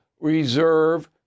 reserve